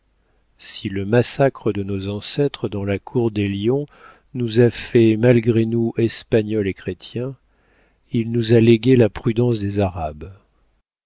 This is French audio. si le massacre de nos ancêtres dans la cour des lions nous a faits malgré nous espagnols et chrétiens il nous a légué la prudence des arabes